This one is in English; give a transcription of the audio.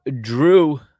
drew